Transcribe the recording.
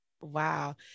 Wow